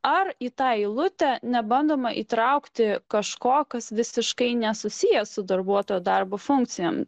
ar į tą eilutę nebandoma įtraukti kažko kas visiškai nesusiję su darbuotojo darbo funkcijom